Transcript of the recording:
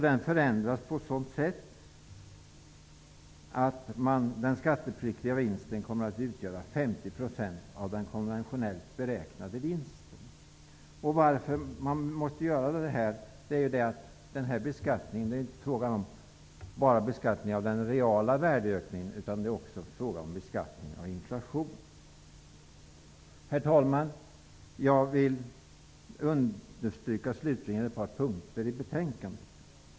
Den förändras på så sätt att den skattepliktiga vinsten kommer att utgöra 50 % av den konventionellt beräknade vinsten. Det är inte bara fråga om beskattning av den reala värdeökningen, utan det är också fråga om beskattning av inflation. Herr talman! Jag vill slutligen understryka ett par punkter i betänkandet.